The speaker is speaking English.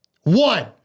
One